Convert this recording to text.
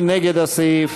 מי נגד הסעיף?